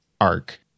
arc